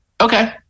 Okay